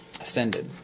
ascended